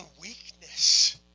weakness